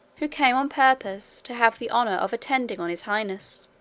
who came on purpose to have the honour of attending on his highness.